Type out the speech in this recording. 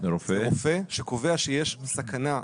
זה רופא שקובע שיש סכנה,